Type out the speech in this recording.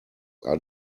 are